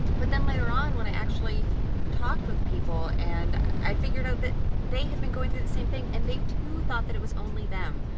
but then later on when i actually talked with people, and i figured out that they had been going through the same thing. and they too thought that it was only them.